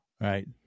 Right